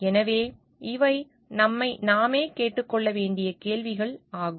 எனவே இவை நம்மை நாமே கேட்டுக்கொள்ள வேண்டிய கேள்விகள் ஆகும்